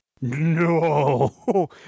No